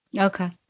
Okay